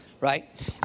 Right